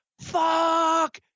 fuck